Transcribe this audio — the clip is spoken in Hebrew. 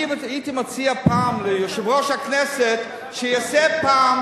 אני הייתי מציע ליושב-ראש הכנסת שיעשה פעם